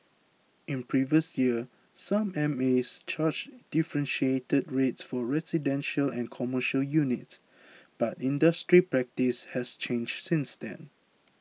in previous years some MAs charged differentiated rates for residential and commercial units but industry practice has changed since then